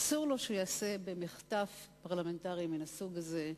אסור לו שייעשה במחטף פרלמנטרי מן הסוג הזה.